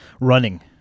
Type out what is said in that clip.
Running